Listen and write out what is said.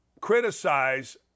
criticize